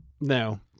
no